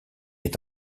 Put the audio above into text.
est